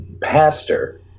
pastor